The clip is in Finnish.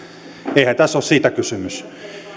tässä ole siitä kysymys